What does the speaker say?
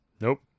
Nope